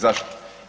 Zašto?